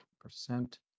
Percent